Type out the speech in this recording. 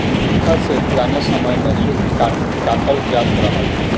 चरखा से पुराने समय में सूत कातल जात रहल